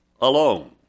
alone